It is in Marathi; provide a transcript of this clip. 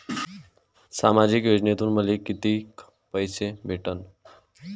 सामाजिक योजनेतून मले कितीक पैसे भेटन?